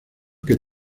que